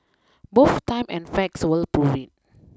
both time and facts will prove it